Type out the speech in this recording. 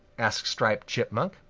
asked striped chipmunk.